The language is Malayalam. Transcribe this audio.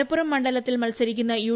മലപ്പുറം മണ്ഡലത്തിൽ മത്സരിക്കുന്ന യു